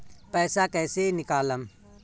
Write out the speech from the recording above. पैसा कैसे निकालम?